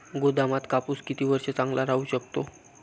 गोदामात कापूस किती वर्ष चांगला राहू शकतो?